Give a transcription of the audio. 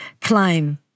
climb